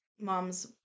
mom's